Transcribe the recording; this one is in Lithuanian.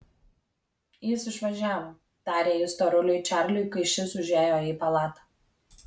jis išvažiavo tarė ji storuliui čarliui kai šis užėjo į palatą